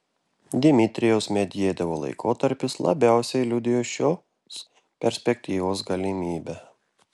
dmitrijaus medvedevo laikotarpis labiausiai liudijo šios perspektyvos galimybę